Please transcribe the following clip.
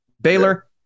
Baylor